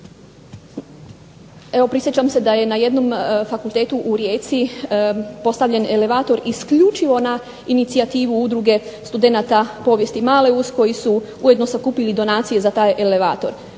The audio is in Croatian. Evo prisjećam se da je na jednom fakultetu u Rijeci postavljen elevator isključivo na inicijativu Udruge studenata povijesti MALEUS koji su ujedno sakupili donacije za taj elevator.